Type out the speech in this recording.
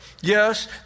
Yes